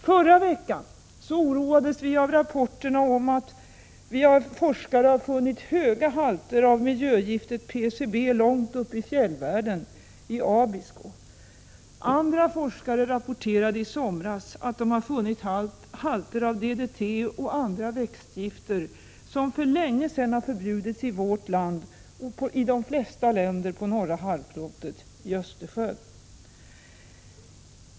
Förra veckan oroades vi av rapporterna att forskare funnit höga halter av miljögiftet PCB långt uppe i fjällvärlden — i Abisko. Andra forskare rapporterade i somras att de funnit DDT och andra växtgifter, som för länge sedan förbjudits i vårt land och i de flesta länder på norra halvklotet, i Östersjön.